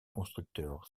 constructeur